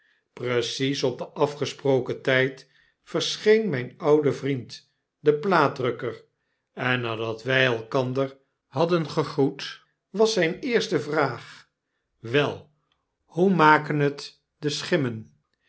precies op den afgesproken tjjd verscheen mijn oude vriend de plaatdrukker en nadat wjj elkander hadden gegroet was zyn eerste vraag wel hoe maken het de schimmen